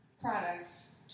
products